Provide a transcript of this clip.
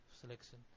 selection